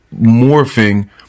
morphing